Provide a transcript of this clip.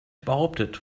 behauptet